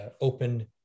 open